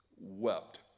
wept